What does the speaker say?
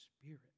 Spirit